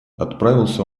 отправился